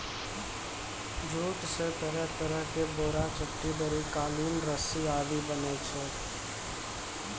jute स तरह तरह के बोरा, चट्टी, दरी, कालीन, रस्सी आदि बनै छै